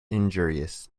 injurious